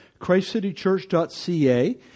ChristCityChurch.ca